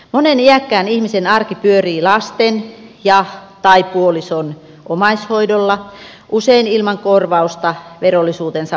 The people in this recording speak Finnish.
monen iäkkään ihmisen arki pyörii lasten tai puolison omaishoidolla usein ilman korvausta tuen verollisuuden vuoksi